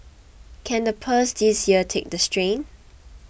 can the purse this year take the strain